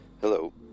Hello